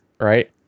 right